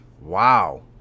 Wow